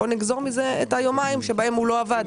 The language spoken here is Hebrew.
בואו נגזור מזה את היומיים שבהם הוא לא עבד.